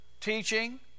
Teaching